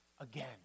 again